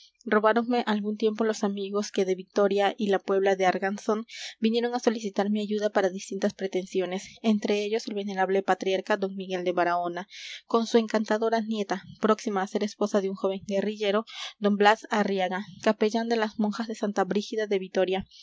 robáronme algún tiempo los amigos que de vitoria y la puebla de arganzón vinieron a solicitar mi ayuda para distintas pretensiones entre ellos el venerable patriarca d miguel de baraona con su encantadora nieta próxima a ser esposa de un joven guerrillero d blas arriaga capellán de las monjas de santa brígida de vitoria